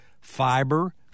fiber